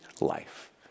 life